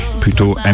plutôt